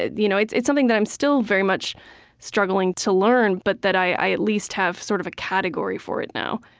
ah you know it's it's something that i'm still very much struggling to learn, but i at least have sort of a category for it now